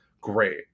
great